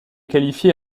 qualifié